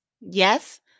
Yes